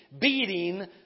beating